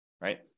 right